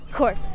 court